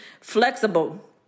flexible